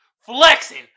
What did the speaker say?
Flexing